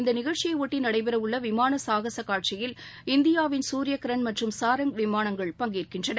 இந்தநிகழ்ச்சியைஒட்டிநடைபெறவுள்ளவிமானசாகசகாட்சியில் இந்தியாவின் சூரியகிரண் மற்றும் சாரங் விமானங்கள் பங்கேற்கின்றன